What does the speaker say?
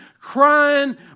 crying